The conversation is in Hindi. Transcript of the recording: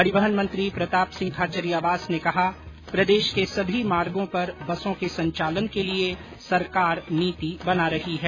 परिवहन मंत्री प्रताप सिंह खाचरियावास ने कहा प्रदेश के सभी मार्गो पर बसों के संचालन के लिए सरकार नीति बना रही है